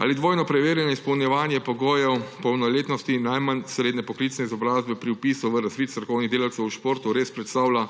Ali dvojno preverjanje izpolnjevanja pogojev polnoletnosti in najmanj srednje poklicne izobrazbe pri vpisu v razvid strokovnih delavcev v športu res predstavlja